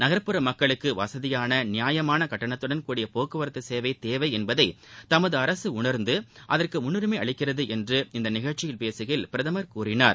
நகர்ப்புற மக்களுக்கு வசதியான நியாயமான கட்டணத்துடன் கூடிய போக்குவரத்து சேவை தேவை என்பதை தமது அரசு உணர்ந்து அதற்கு முன்னுரிமை அளிக்கிறது என்று இந்த நிகழ்ச்சியில் பேககையில் பிரதமர் கூறினார்